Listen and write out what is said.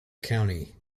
county